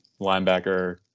linebacker